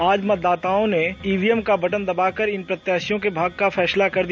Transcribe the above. आज मतदाताओं ने ईवीएम का बटन दबाकर इन प्रत्याशियों के भाग्य का फैसला किया